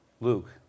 Luke